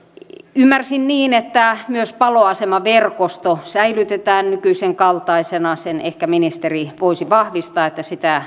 ymmärsin niin että myös paloasemaverkosto säilytetään nykyisen kaltaisena sen ehkä ministeri voisi vahvistaa että